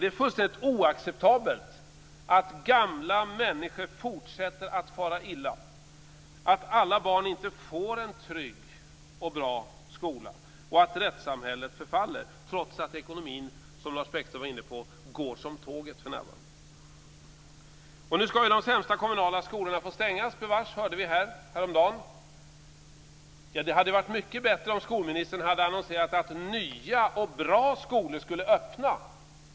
Det är fullständigt oacceptabelt att gamla människor fortsätter att fara illa, att alla barn inte får en trygg och bra skola och att rättssamhället förfaller trots att ekonomin, som Lars Bäckström var inne på, för närvarande går som tåget. Vi hörde häromdagen att de sämsta kommunala skolorna ska stängas. Det hade varit mycket bättre om skolministern hade annonserat att nya och bra skolor skulle öppna.